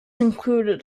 included